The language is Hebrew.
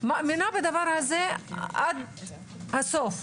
מאמינה בדבר הזה עד הסוף.